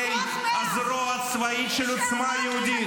זה כוח 100. חברי הזרוע הצבאית של עוצמה יהודית.